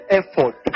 effort